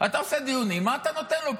אתה עושה דיונים מה אתה נותן לו.